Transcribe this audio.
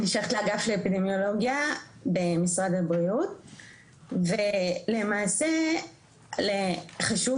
אני שייכת לאגף לאפידמיולוגיה במשרד הבריאות ולמעשה חשוב